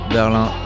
Berlin